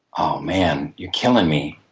oh, man, you're killing me.